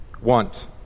want